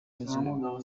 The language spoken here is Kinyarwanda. ngo